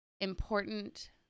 important